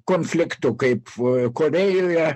konfliktų kaip korėjoje